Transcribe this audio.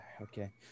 Okay